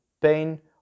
pain